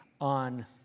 on